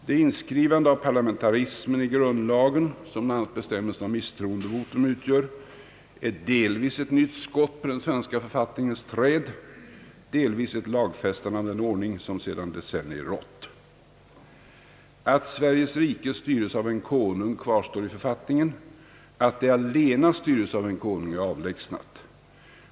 Det inskrivande av parlamentarismen i grundlagen som bl.a. bestämmelserna om misstroendevotum utgör är delvis ett nytt skott på den svenska författningens träd, delvis ett lagfästande av den ordning som sedan decennier rått. Att Sveriges rike styres av en konung kvarstår i författningen — att det allena styres av en konung är avlägsnat.